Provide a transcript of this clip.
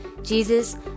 Jesus